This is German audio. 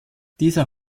dieser